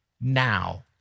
now